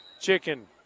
chicken